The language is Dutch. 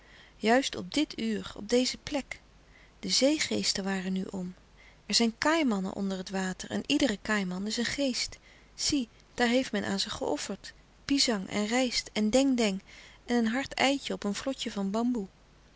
juist op dit uur op deze plek de zeegeesten waren nu om er zijn kaaimannen onder het water en iedere kaaiman is een geest zie daar heeft men aan ze geofferd pisang en rijst en dèng dèng en een hard ei op een vlotje van bamboe